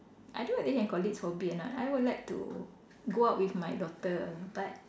I don't know whether can call this hobby or not I would like to go out with my daughter but